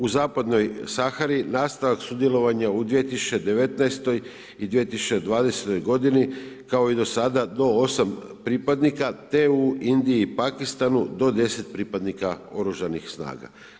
U Zapadnoj Sahari nastavak sudjelovanja u 2019. i 2020. godini kao i do sada do 8 pripadnika te u Indiji i Pakistanu do 10 pripadnika oružanih snaga.